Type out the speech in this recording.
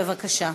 בבקשה.